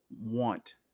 want